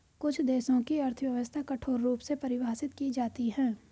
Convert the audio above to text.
कुछ देशों की अर्थव्यवस्था कठोर रूप में परिभाषित की जाती हैं